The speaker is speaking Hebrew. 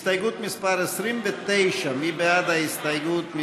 הסתייגות מס' 29. מי בעד ההסתייגות?